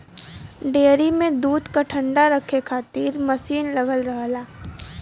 dairy में दूध क ठण्डा रखे खातिर मसीन लगल रहला